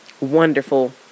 wonderful